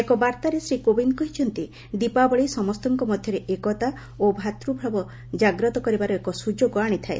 ଏକ ବାର୍ତ୍ତାରେ ଶ୍ରୀ କୋବିନ୍ଦ୍ କହିଛନ୍ତି ଦୀପାବଳି ସମସ୍ତଙ୍କ ମଧ୍ୟରେ ଏକତା ଓ ଭ୍ରାତୃଭାବ ଜାଗ୍ରତ କରିବାର ଏକ ସୁଯୋଗ ଆଣିଥାଏ